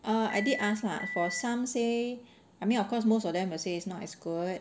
err I did ask lah for some say I mean of course most of them they say it's not as good